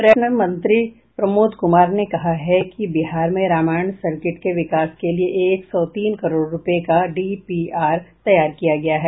पर्यटन मंत्री प्रमोद कुमार ने कहा है कि बिहार में रामायण सर्किट के विकास के लिए एक सौ तीन करोड़ रूपये का डीपीआर तैयार जारी किया गया है